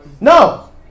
No